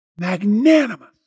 magnanimous